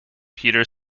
peter